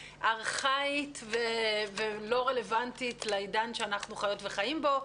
ארכאית ולא רלוונטית לעידן שאנחנו חיות וחיים בו,